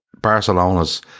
Barcelona's